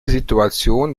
situation